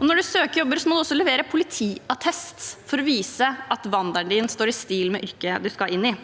Når man søker jobber, må man også levere politiattest for å vise at vandelen står i stil med yrket man skal inn i.